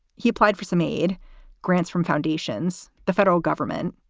he applied for some aid grants from foundations. the federal government,